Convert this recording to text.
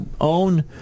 own